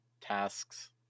tasks